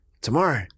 Tomorrow